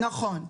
נכון.